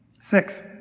Six